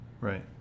Right